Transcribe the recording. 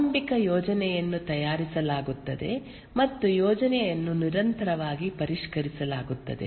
ಆರಂಭಿಕ ಯೋಜನೆಯನ್ನು ತಯಾರಿಸಲಾಗುತ್ತದೆ ಮತ್ತು ಯೋಜನೆಯನ್ನು ನಿರಂತರವಾಗಿ ಪರಿಷ್ಕರಿಸಲಾಗುತ್ತದೆ